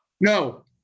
no